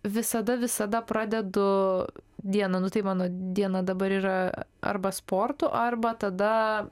visada visada pradedu dieną nu tai mano diena dabar yra arba sportu arba tada